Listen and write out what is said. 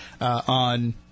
on